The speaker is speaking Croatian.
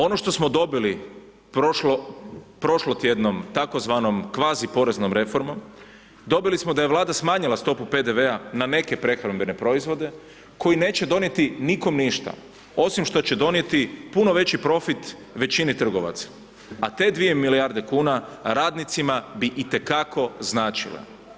Ono što smo dobili prošlotjednom tzv. kvazi poreznom reformom, dobili smo da je Vlada smanjila stopu PDV-a na neke prehrambene proizvode koji neće donijeti nikom ništa, osim što će donijeti puno veći profit većini trgovaca, a te 2 milijarde kuna radnicima bi i te kako značile.